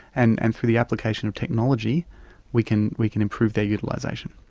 and and for the application of technology we can we can improve their utilisation.